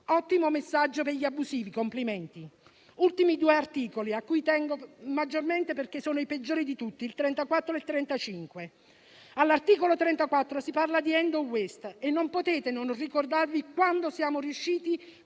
ottimo messaggio per gli abusivi, complimenti. Gli ultimi due articoli, a cui tengo maggiormente perché sono i peggiori di tutti, sono il 34 e il 35. All'articolo 34 si parla di *end of waste* e non potete non ricordarvi quanto siamo riusciti,